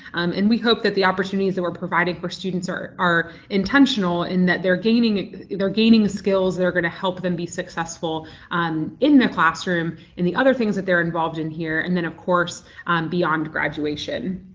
um and we hope that the opportunities that we're providing for students are are intentional in that they're gaining they're gaining skills that are going to help them be successful in the classroom and the other things that they're involved in here and then of course beyond graduation.